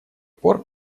пор